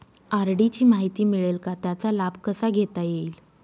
RD ची माहिती मिळेल का, त्याचा लाभ कसा घेता येईल?